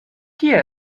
kie